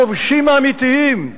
אתם הכובשים האמיתיים,